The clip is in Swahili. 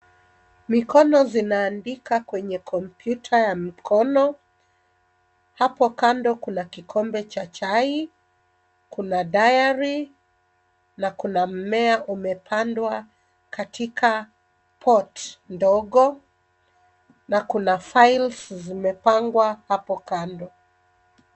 Mikono zinaandika kwenye kompyuta ya mikono. Hapo kando kuna kikombe cha chai, kuna diary na kuna mmea umepandwa katika pot ndogo na kuna files zimepangwa hapo kando.